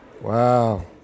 Wow